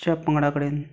ज्या पंगडा कडेन